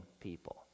people